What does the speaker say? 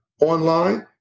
online